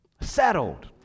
settled